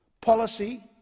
policy